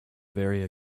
very